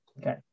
Okay